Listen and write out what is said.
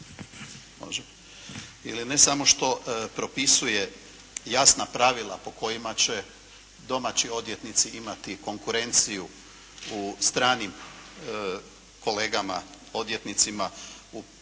unije ili ne samo što propisuje jasna pravila po kojima će domaći odvjetnici imati konkurenciju u stranim kolegama odvjetnicima, u njihovoj